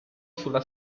sulla